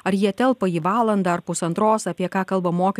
ar jie telpa į valandą ar pusantros apie ką kalba moky